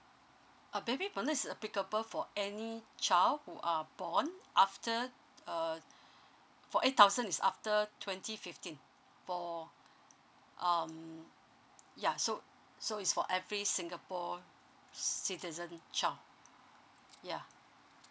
uh baby bonus is applicable for any child who are born after uh for eight thousand is after twenty fifteen for um ya so so it's for every singapore citizen child yeah